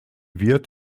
wird